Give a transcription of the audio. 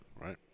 right